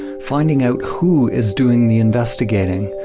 finding out who is doing the investigating,